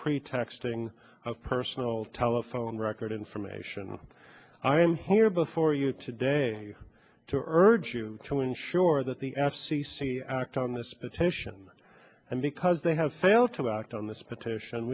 pretexting of personal telephone record information i am here before you today to urge you to ensure that the f c c act on this petition and because they have failed to act on this petition